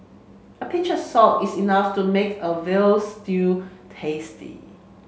a pinch of salt is enough to make a veal stew tasty